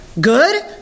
good